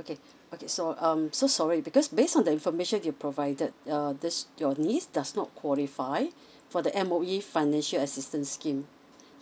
okay okay so um so sorry because based on the information you provided uh this your niece does not qualify for the M_O_E financial assistance scheme